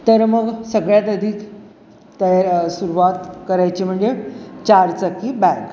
तर मग सगळ्यात आधी तयार सुरवात करायची म्हणजे चारचाकी बॅग